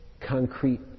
concrete